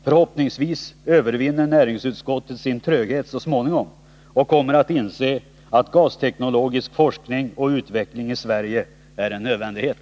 Förhoppningsvis övervinner näringsutskottet sin tröghet så småningom och kommer att inse att gasteknologisk forskning och utveckling i Sverige är en nödvändighet.